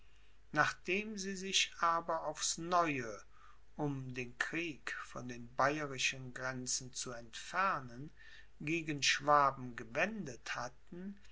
nachdem sie sich aber aufs neue um den krieg von den bayerischen grenzen zu entfernen gegen schwaben gewendet hatten